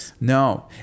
No